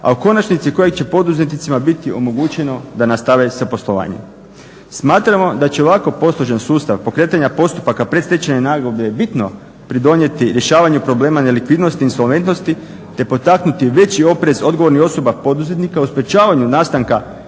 a u konačnici koja će poduzetnicima biti omogućeno da nastave sa poslovanjem. Smatramo da će ovako posložen sustav pokretanja postupaka predstečajne nagodbe bitno pridonijeti rješavanju problema nelikvidnosti i insolventnosti te potaknuti veći oprez odgovornih osoba poduzetnika u sprečavanju nastanka